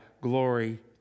glory